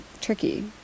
tricky